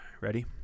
Ready